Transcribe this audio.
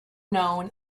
known